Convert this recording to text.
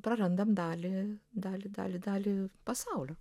prarandam dalį dalį dalį dalį pasaulio